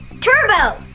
turbo